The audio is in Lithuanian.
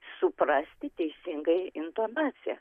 suprasti teisingai intonaciją